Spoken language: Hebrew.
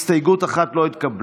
הסתייגות מס' 1 לא התקבלה.